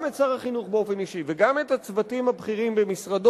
גם את שר החינוך באופן אישי וגם את הצוותים הבכירים במשרדו,